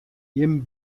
jim